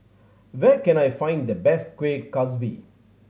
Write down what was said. where can I find the best Kuih Kaswi